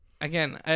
Again